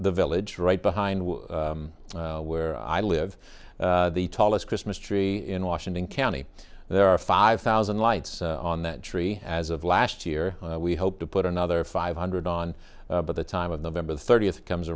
the village right behind where i live the tallest christmas tree in washington county there are five thousand in lights on that tree as of last year we hope to put another five hundred on by the time of the ember thirtieth comes